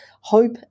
Hope